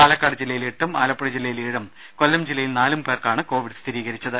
പാലക്കാട് ജില്ലയിൽ എട്ടും ആലപ്പുഴ ജില്ലയിൽ ഏഴും കൊല്ലം ജില്ലയിൽ നാലും പേർക്കാണ് കോവിഡ് സ്ഥിരീകരിച്ചത്